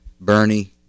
Bernie